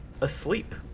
asleep